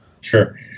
Sure